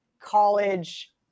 college